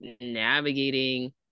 navigating